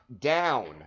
down